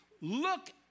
look